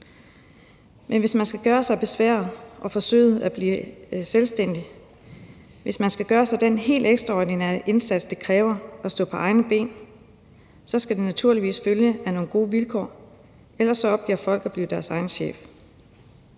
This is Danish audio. Men hvis man skal tage besværet og gøre forsøget med at blive selvstændig, hvis man skal gøre den helt ekstraordinære indsats, det kræver at stå på egne ben, så skal det naturligvis følges af nogle gode vilkår. Ellers opgiver folk at blive deres egen chef.